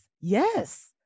Yes